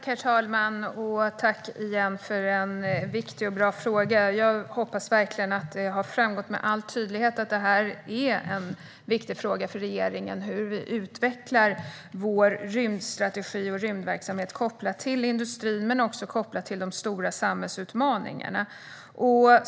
Herr talman! Tack igen för en viktig och bra fråga! Jag hoppas verkligen att det har framgått med all tydlighet att det är en viktig fråga för regeringen hur vi utvecklar vår rymdstrategi och rymdverksamhet kopplat till industrin men också till de stora samhällsutmaningarna.